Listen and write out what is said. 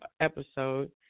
episode